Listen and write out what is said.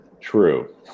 True